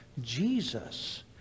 Jesus